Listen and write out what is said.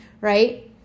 right